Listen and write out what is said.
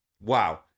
Wow